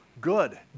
good